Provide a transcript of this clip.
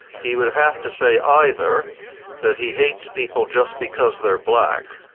he would have to say either that he hates people just because they're black,